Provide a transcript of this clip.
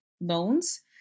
loans